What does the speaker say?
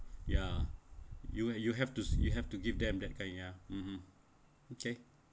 ya you you have to you have to give them that kind ya (uh huh) okay